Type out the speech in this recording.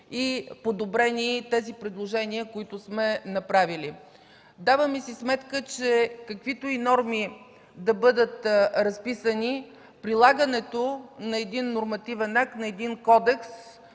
и подобрени предложенията, които сме направили. Даваме си сметка, че каквито и норми да бъдат разписани, прилагането на един нормативен акт, на един кодекс,